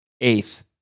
eighth